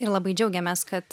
ir labai džiaugiamės kad